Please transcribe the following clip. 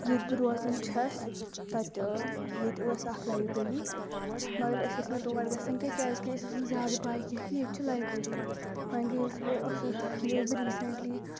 ییٚتہِ بہٕ روزان چھَس تَتہِ ییٚتہِ ٲس اَکھ لیبرری مگر أسۍ ٲسۍ نہٕ تور گژھان کینٛہہ کیازِکہِ أسۍ ٲسۍ نہٕ زیادٕ پَے کینٛہہ کہ ییٚتہِ چھِ لیبرری وۄنۍ گٔیَس بہٕ گٔیَس بہٕ ریٖسیٚنٹلی